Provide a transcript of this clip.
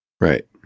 Right